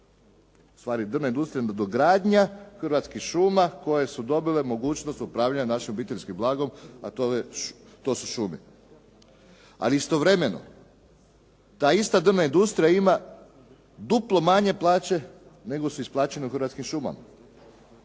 Ustvari Drvna industrija je nadogradnja Hrvatskih šuma koje su dobile mogućnost upravljanja našim obiteljskim blago, a to su šume. Ali istovremeno, ta ista Drvna industrija ima duplo manje plaće, nego su isplaćene u Hrvatskim šumama.